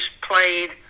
played